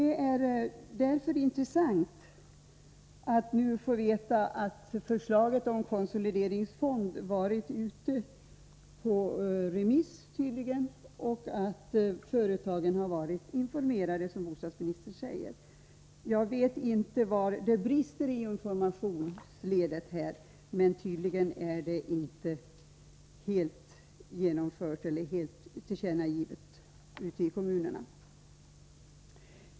Det är därför intressant att nu få veta att förslaget om konsolideringsfond tydligen varit ute på remiss och att företagen har informerats, som bostadsministern säger. Jag vet inte var det brister i informationsledet, men tydligen har uppgifterna i det här avseendet inte helt trängt fram ute i kommunerna.